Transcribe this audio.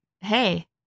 Hey